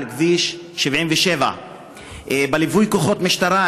על כביש 77. בליווי כוחות משטרה,